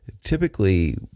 typically